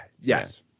Yes